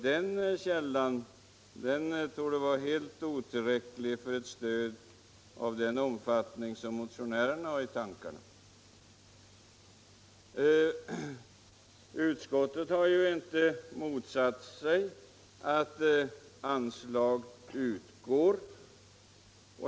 Den källan torde vara helt otillräcklig för ett stöd av den omfattning som motionärerna har i tankarna. Utskottet har inte motsatt sig att anslag utgår.